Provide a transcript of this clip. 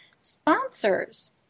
sponsors